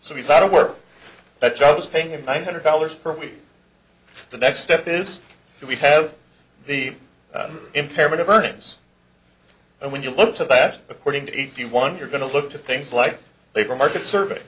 so he's out of work that job is paying him one hundred dollars per week the next step is we have the impairment of earnings and when you look to that according to eighty one you're going to look to things like labor market survey